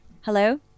Hello